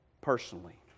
personally